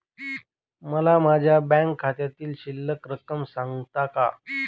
मला माझ्या बँक खात्यातील शिल्लक रक्कम सांगता का?